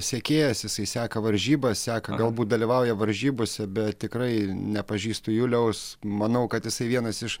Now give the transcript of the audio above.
sekėjas jisai seka varžybas seka galbūt dalyvauja varžybose bet tikrai nepažįstu juliaus manau kad jisai vienas iš